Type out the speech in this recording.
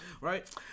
Right